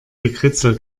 gekritzel